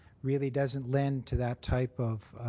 really doesn't lend to that type of